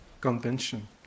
convention